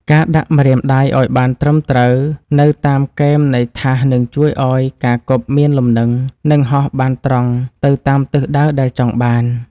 ការដាក់ម្រាមដៃឱ្យបានត្រឹមត្រូវនៅតាមគែមនៃថាសនឹងជួយឱ្យការគប់មានលំនឹង និងហោះបានត្រង់ទៅតាមទិសដៅដែលចង់បាន។